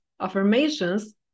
affirmations